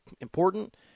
important